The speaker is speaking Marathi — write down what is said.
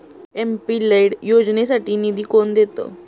एम.पी लैड योजनेसाठी निधी कोण देतं?